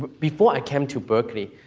before i came to berkeley,